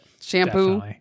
Shampoo